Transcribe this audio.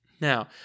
Now